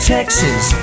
Texas